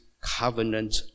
covenant